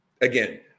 Again